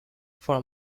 for